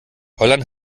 holland